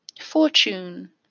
fortune